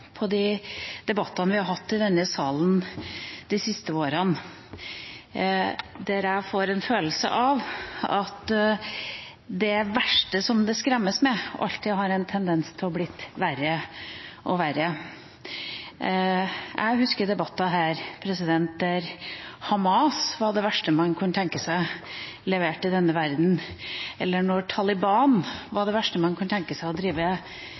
på oss å tenke litt tilbake til de debattene vi har hatt i denne salen de siste årene. Jeg får en følelse av at det verste som det skremmes med, alltid har en tendens til å bli verre og verre. Jeg husker debatter her der Hamas var det verste man kunne tenke seg levert til denne verden, eller da Taliban var det verste man kunne tenke seg å drive